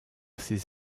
ses